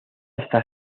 esta